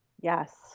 Yes